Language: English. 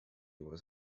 was